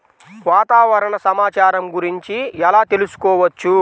వాతావరణ సమాచారం గురించి ఎలా తెలుసుకోవచ్చు?